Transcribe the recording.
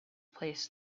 place